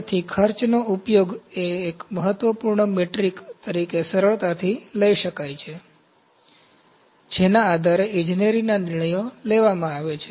તેથી ખર્ચનો ઉપયોગ એક મહત્વપૂર્ણ મેટ્રિક તરીકે સરળતાથી થઈ શકે છે જેના આધારે ઈજનેરીના નિર્ણયો લેવામાં આવે છે